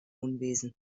unwesen